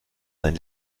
sein